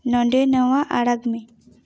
ᱱᱚᱰᱮ ᱱᱚᱣᱟ ᱟᱲᱟᱜᱽ ᱢᱮ